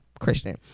Christian